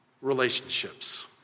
relationships